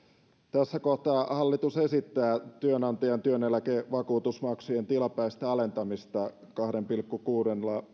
tässä kohtaa hallitus esittää työnantajan työeläkevakuutusmaksujen tilapäistä alentamista kahdella pilkku kuudella